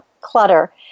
clutter